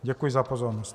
Děkuji za pozornost.